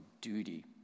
duty